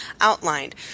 outlined